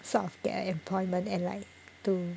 sort of get a employment and like to